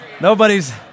nobody's